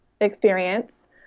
experience